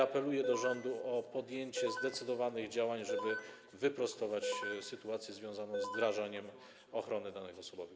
Apeluję do rządu o podjęcie zdecydowanych działań, żeby wyprostować sytuację związaną z wdrażaniem ochrony danych osobowych.